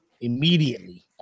immediately